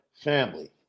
family